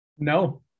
No